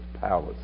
palace